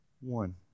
one